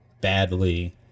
badly